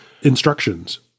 instructions